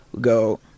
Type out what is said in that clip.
go